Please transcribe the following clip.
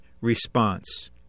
response